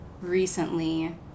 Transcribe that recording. recently